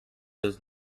does